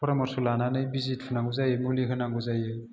फरामरस' लानानै बिजि थुनांगौ जायो मुलि होनांगौ जायो